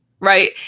right